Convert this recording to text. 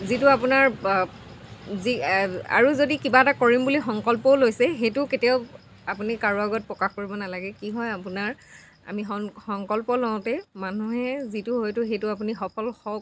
যিটো আপোনাৰ যি আৰু যদি কিবা এটা কৰিম বুলি সংকল্পও লৈছে সেইটো কেতিয়াও আপুনি কাৰো আগত প্ৰকাশ কৰিব নালাগে কি হয় আপোনাৰ আমি সং সংকল্প লওঁতে মানুহে যিটো হয়তো সেইটো আপুনি সফল হওক